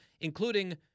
including